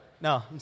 No